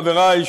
חברי,